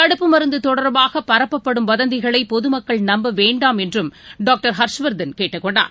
தடுப்பு மருந்துதொடர்பாகபரப்பப்படும் வதந்திகளைபொதுமக்கள் நம்பவேண்டாம் என்றும் டாக்டர் ஹர்ஷ்வர்த்தன் கேட்டுக் கொண்டார்